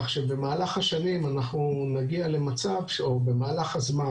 כך שבמהלך השנים אנחנו נגיע למצב במהלך הזמן,